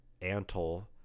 Antle